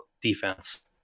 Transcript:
defense